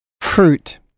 fruit